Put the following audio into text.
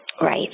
Right